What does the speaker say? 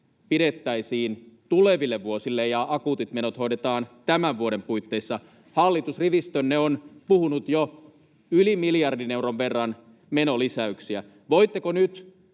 pidettäisiin tuleville vuosille ja akuutit menot hoidetaan tämän vuoden puitteissa. Hallitusrivistönne on puhunut jo yli miljardin euron verran menolisäyksistä. Voitteko nyt